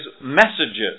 messages